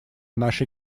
нашей